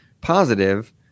positive